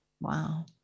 Wow